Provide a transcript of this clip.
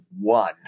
one